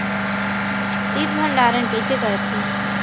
शीत भंडारण कइसे करथे?